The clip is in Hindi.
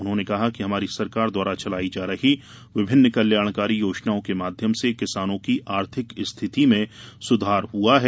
उन्होंने कहा कि हमारी सरकार द्वारा चलाई जा रही विभिन्न कल्याणकारी योजनाओं के माध्यम से किसानो की आर्थिक स्थिति में सुधार हुआ है